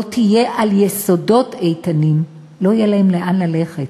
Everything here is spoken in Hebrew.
לא תהיה על יסודות איתנים, לא יהיה להם לאן ללכת,